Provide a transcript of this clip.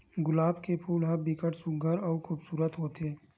गुलाब के फूल ह बिकट सुग्घर अउ खुबसूरत होथे